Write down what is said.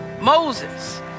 Moses